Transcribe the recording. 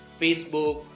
Facebook